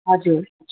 हजुर